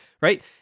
right